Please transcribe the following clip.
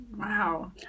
Wow